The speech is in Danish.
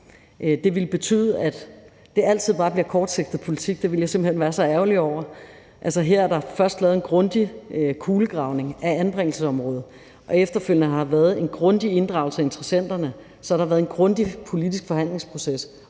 Det ville betyde, at det altid bare bliver kortsigtet politik, og det ville jeg simpelt hen være så ærgerlig over. Her er der først lavet en grundig kulegravning af anbringelsesområdet, og efterfølgende har der været en grundig inddragelse af interessenterne. Så har der været en grundig politisk forhandlingsproces,